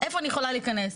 איפה אני יכולה להיכנס,